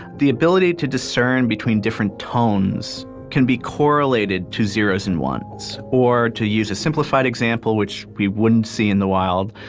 the ability to discern between different tones can be correlated to zeros and ones. or to use a simplified example, which we wouldn't see in the wild,